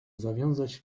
zawiązać